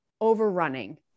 overrunning